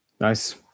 Nice